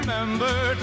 Remember